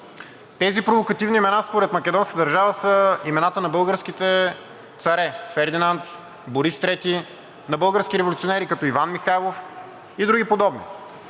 Тези провокативни имена според македонската държава са имената на българските царе – Фердинанд, Борис III, на български революционери, като Иван Михайлов и други подобни.